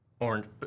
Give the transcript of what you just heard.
Orange